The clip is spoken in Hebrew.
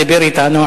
דיבר אתנו,